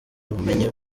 bumenyi